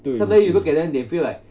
对对